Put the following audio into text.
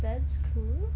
that's cool